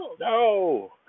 No